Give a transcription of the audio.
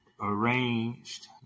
arranged